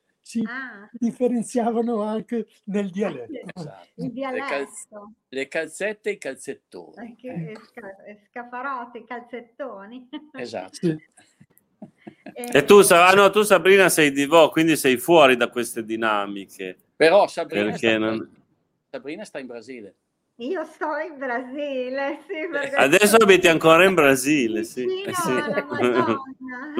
Si Ah. differenziavano anche nel Ah, sì. dialetto. Esatto. Il Le cal- dialetto. le calzette e i calzettoni. Anche Ecco. e sca- e scafarotti, calzettoni. Esatto. Sì. E- E tu, Sa- ah, no, tu, Sabrina, sei di Vò, quindi sei fuori da queste dinamiche. Però Sabrina Perché sta in- non- Sabrina sta in Brasile. Io sto in Brasile, sì, Eh. perché- Adesso abiti ancora in Brasile, sì. Vicino Eh, sì. alla Madonna.